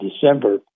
December